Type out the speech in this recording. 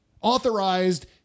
authorized